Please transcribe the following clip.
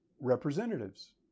representatives